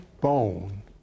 bone